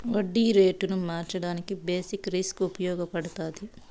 వడ్డీ రేటును మార్చడానికి బేసిక్ రిస్క్ ఉపయగపడతాది